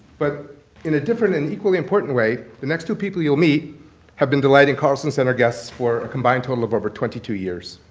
but in a different and equally important way, the next two people you'll meet have been delighting carlsen center guests for a combined total of over twenty two years.